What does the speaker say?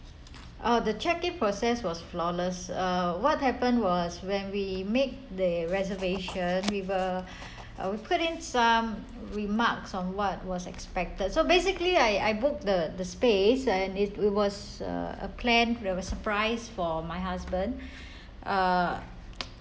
oh the checking process was flawless uh what happened was when we made the reservation we were I put in some remarks on what was expected so basically I I book the the space and it was a plan a surprise for my husband uh